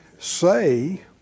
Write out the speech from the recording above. Say